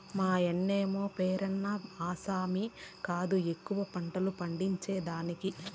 మాయన్నమే పేరున్న ఆసామి కాదు ఎక్కువ పంటలు పండించేదానికి